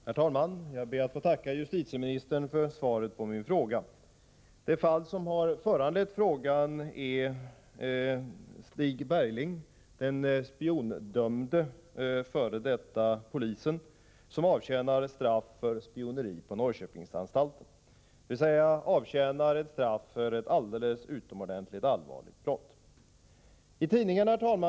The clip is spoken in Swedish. Herr talman! Jag ber att få tacka justitieministern för svaret på min fråga. Det fall som har föranlett frågan är fallet Stig Bergling, den spiondömde f.d. polisen som på Norrköpingsanstalten avtjänar sitt straff. Det begångna brottet är utomordentligt allvarligt.